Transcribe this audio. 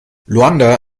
luanda